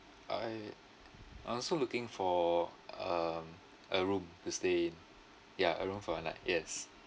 I I'm also looking for um a room to stay in ya a room for one night yes